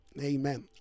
Amen